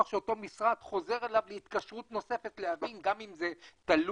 שאותו משרד חוזר אליו להתקשרות נוספת גם כדי להבין אם זה תלוש,